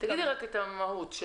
תגידי רק את המהות.